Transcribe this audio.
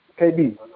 KB